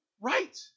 right